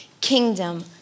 kingdom